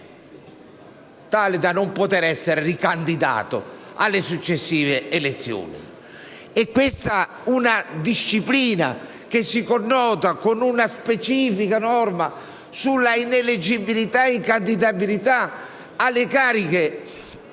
tale da non poter essere ricandidato alle successive elezioni. Questa disciplina si connota con una specifica norma sull'ineleggibilità ed incandidabilità alle cariche non